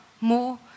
More